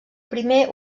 primer